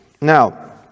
Now